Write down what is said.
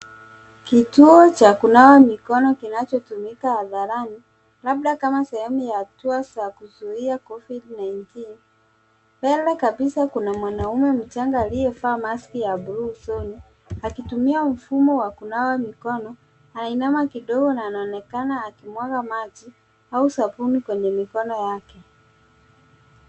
Kituo cha kunawa mikono kinachotumika hadharani labda kama sehemu ya hatua za kuzui Covid-19. Mbele kabisa kuna mwanaume mchanga aliyevaa maski ya buluu usoni akitumia mfumo wa kunawa mikono anainama kidogo na anaonekana akimwaga maji au sabuni kwenye mikono yake.